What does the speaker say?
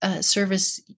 Service